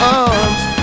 arms